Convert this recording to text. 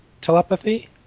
telepathy